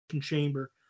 chamber